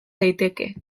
daiteke